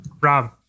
Rob